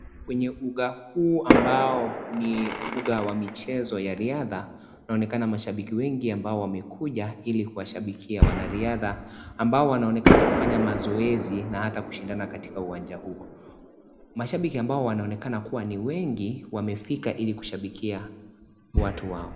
Kwenye uga huu ambao ni uga wa michezo ya riadha, unaonekana mashabiki wengi ambao wamekuja ili kuwashabikia wanariadha ambao wanaonekana kufanya mazoezi na ata kushindana katika uwanja huu. Mashabiki ambao wanaonekana kuwa ni wengi wamefika ili kushabikia watu wao.